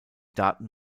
daten